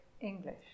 English